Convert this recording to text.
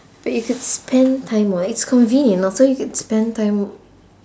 but you could spend time [what] it's convenient also you could spend time w~